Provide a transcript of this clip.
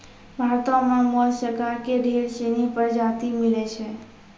भारतो में मोलसका के ढेर सिनी परजाती मिलै छै